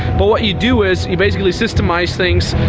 but what you do is you basically systemize things.